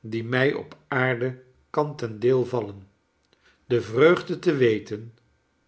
die mij op aarde kan ten deel vallen de vreugde ti weten